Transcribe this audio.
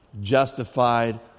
justified